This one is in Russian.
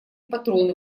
патроны